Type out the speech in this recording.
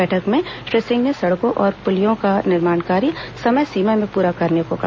बैठक में श्री सिंह ने सड़कों और पुलियों का निर्माण कार्य समय सीमा में पूरा करने कहा